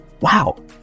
wow